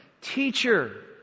Teacher